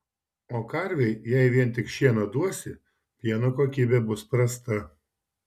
o karvei jei vien tik šieną duosi pieno kokybė bus prasta